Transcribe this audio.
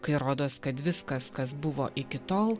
kai rodos kad viskas kas buvo iki tol